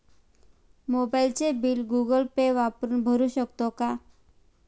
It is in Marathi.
मोबाइलचे बिल गूगल पे वापरून भरू शकतो का?